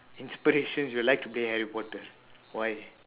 inspirations you would like to be harry potter why